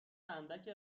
اندک